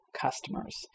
customers